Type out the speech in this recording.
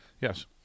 Yes